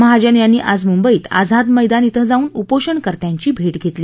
महाजन यांनी आज मुंबईत आझाद मद्यान इथं जाऊन उपोषणकर्त्यांची भेट घेतली